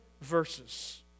verses